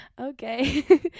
okay